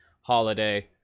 holiday